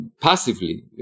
passively